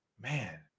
man